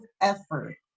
effort